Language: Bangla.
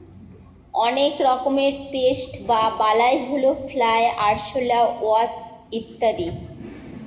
অনেক রকমের পেস্ট বা বালাই হল ফ্লাই, আরশলা, ওয়াস্প ইত্যাদি